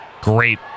Great